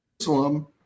Jerusalem